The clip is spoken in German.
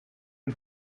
den